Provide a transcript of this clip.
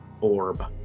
orb